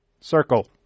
circle